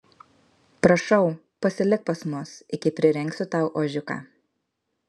prašau pasilik pas mus iki prirengsiu tau ožiuką